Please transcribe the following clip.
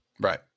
Right